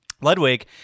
Ludwig